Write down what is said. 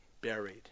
buried